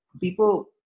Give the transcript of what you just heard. people